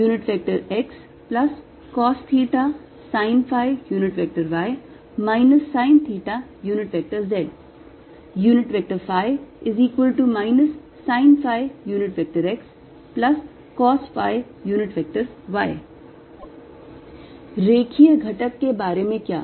cosθcosϕxcosθsinϕy sinθz sinϕxcosϕy रेखीय घटक के बारे में क्या